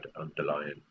underlying